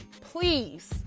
please